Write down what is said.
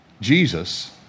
Jesus